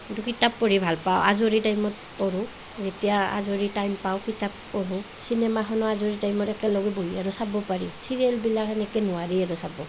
কিন্তু কিতাপ পঢ়ি ভাল পাওঁ আজৰি টাইমত পঢ়োঁ যেতিয়া আজৰি টাইম পাওঁ কিতাপ পঢ়োঁ চিনেমাখনো আজৰি টাইমত একেলগে বহি আৰু চাব পাৰি চিৰিয়েলবিলাক সেনেকৈ নোৱাৰি আৰু চাব